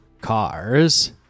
Cars